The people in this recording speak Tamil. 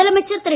முதலமைச்சர் திரு